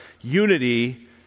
unity